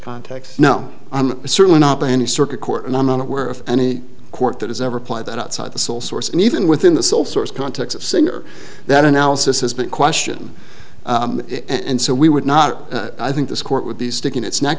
context no i'm certainly not by any circuit court and i'm unaware of any court that has ever played that outside the sole source and even within the sole source context singer that analysis has been question and so we would not i think this court with these sticking its neck